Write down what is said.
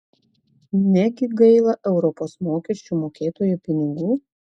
negi gaila europos mokesčių mokėtojų pinigų